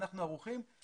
אנחנו ערוכים.